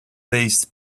paste